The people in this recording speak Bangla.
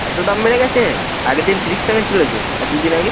এত দাম বেড়ে গেছে আগের দিন তিরিশ টাকা ছিল যে আর দুদিন আগে